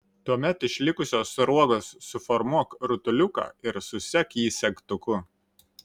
tuomet iš likusios sruogos suformuok rutuliuką ir susek jį segtuku